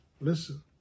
listen